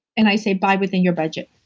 and i say buy within your budget.